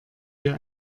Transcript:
wir